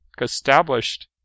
established